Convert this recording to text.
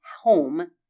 home